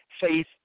Faith